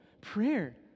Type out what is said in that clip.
prayer